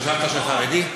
חשבת שחרדי?